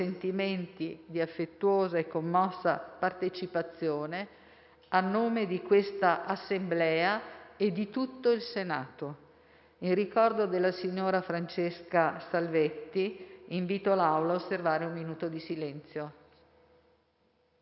di affettuosa e commossa partecipazione, a nome di questa Assemblea e di tutto il Senato. In ricordo della signora Francesca Salvetti, invito l'Assemblea ad osservare un minuto di silenzio.